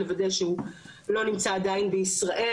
לוודא שהוא לא נמצא עדיין בישראל,